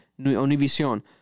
Univision